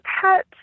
pet